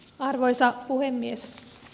arvoisa puhemies